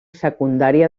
secundària